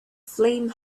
flame